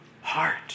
heart